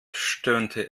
stöhnte